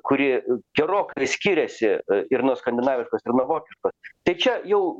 kuri gerokai skiriasi ir nuo skandinaviškos ir nuo vokiškos tai čia jau